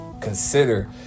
consider